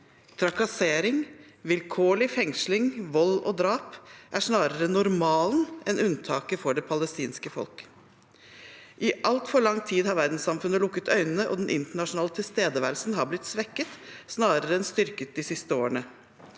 trakassering, vilkårlig fengsling, vold og drap er snarere normalen enn unntaket for det palestinske folk. I altfor lang tid har verdenssamfunnet lukket øynene, og den internasjonale tilstedeværelsen har blitt svekket snarere enn styrket de siste årene.